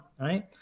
right